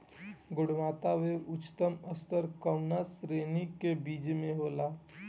गुणवत्ता क उच्चतम स्तर कउना श्रेणी क बीज मे होला?